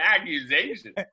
accusation